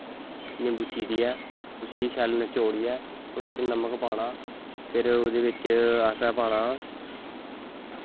निम्बू चीरियै उस्सी शैल नचोड़ियै ओह्दे च नमक पाना फिर असें ओह्दे बिच्च पाना